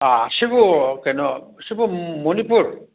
ꯁꯤꯕꯨ ꯀꯩꯅꯣ ꯁꯤꯕꯨ ꯃꯅꯤꯄꯨꯔ